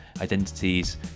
identities